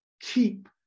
keep